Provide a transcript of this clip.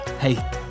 Hey